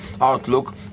outlook